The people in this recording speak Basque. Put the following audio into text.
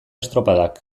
estropadak